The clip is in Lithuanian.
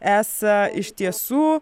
esą iš tiesų